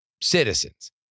citizens